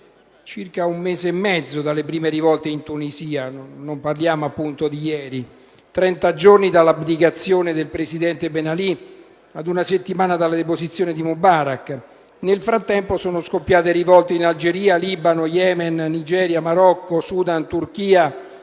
appena un mese e mezzo dalle prime rivolte in Tunisia, 30 giorni dall'abdicazione del Presidente Ben Ali e una settimana dalla deposizione di Mubarak, nel frattempo sono scoppiate rivolte in Algeria, Libano, Yemen, Nigeria, Marocco, Sudan, Turchia